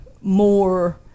more